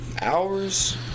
Hours